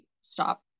stop